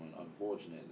unfortunately